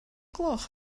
gloch